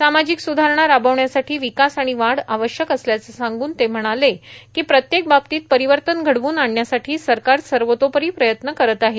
सामाजिक स्रधारणा राबवण्यासाठी विकास आणि वाढ आवश्यक असल्याचं सांगून ते म्हणाले की प्रत्येक बाबतीत परिवर्तन घडवून आणण्यासाठी सरकार सर्वतोपरी प्रयत्न करत आहे